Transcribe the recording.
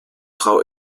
frau